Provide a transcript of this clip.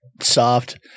soft